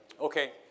Okay